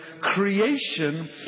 creation